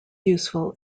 useful